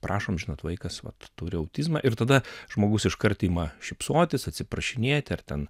prašom žinot vaikas vat turi autizmą ir tada žmogus iškart ima šypsotis atsiprašinėti ar ten